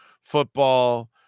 Football